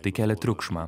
tai kelia triukšmą